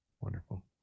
Wonderful